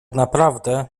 naprawdę